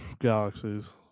galaxies